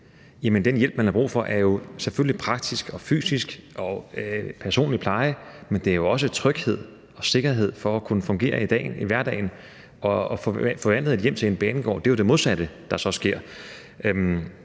den hjælp, man har brug for, er selvfølgelig praktisk og fysisk og personlig pleje, men det er jo også tryghed og sikkerhed for at kunne fungere i hverdagen. Og at få forvandlet et hjem til en banegård er jo det modsatte, der så sker.